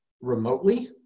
remotely